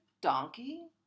donkey